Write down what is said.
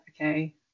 okay